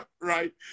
right